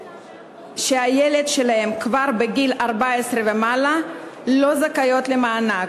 כשהילד שלהן בגיל 14 ומעלה כבר לא זכאיות למענק.